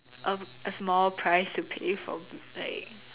a a small price to pay for like